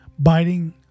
biting